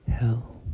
hell